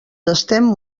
estem